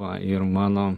va ir mano